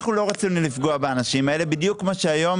אנחנו לא רצינו לפגוע באנשים האלה בדיוק כמו שהיום